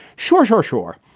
sure, sure, sure.